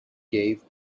gave